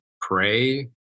pray